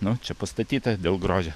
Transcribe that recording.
nu čia pastatyta dėl grožio